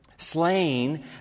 slain